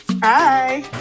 Hi